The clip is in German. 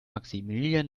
maximilian